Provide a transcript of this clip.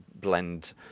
blend